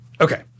okay